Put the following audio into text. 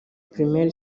primaire